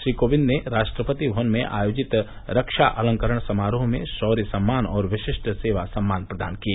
श्री कोविंद ने राष्ट्रपति भवन में आयोजित रक्षा अलंकरण समारोह में शौर्य सम्मान और विशिष्ट सेवा सम्मान प्रदान किए